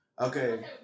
Okay